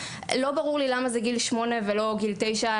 ברור לי למה זה גיל שמונה ולא גיל תשע.